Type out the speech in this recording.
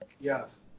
Yes